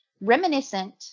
Reminiscent